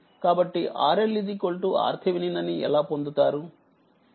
కాబట్టిRLRTh అనిఎలాపొందుతారు